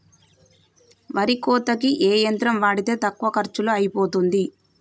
వరి కోతకి ఏ యంత్రం వాడితే తక్కువ ఖర్చులో అయిపోతుంది?